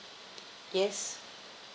yes